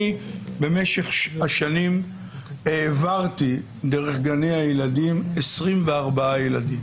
במשך השנים העברתי דרך גני הילדים 24 ילדים